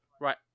Right